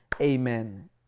amen